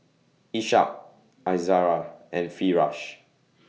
Ishak Izara and Firash